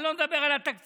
אני לא מדבר על התקציב,